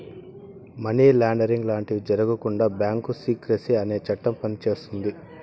money laundering లాంటివి జరగకుండా bank secrecy అనే చట్టం పనిచేస్తాది